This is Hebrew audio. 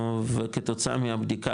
וכתוצאה מהבדיקה,